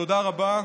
תודה רבה.